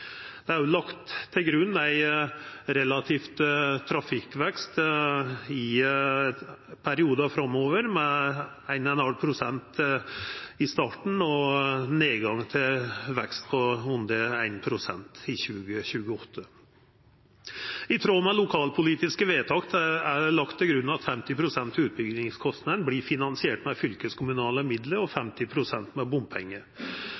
Det er òg lagt til grunn ein relativ trafikkvekst i perioden framover, med 1,5 pst. i starten og ein nedgang i veksten til under 1 pst. i 2028. I tråd med lokalpolitiske vedtak er det lagt til grunn at 50 pst. av utbyggingskostnadene vert finansierte med fylkeskommunale midlar og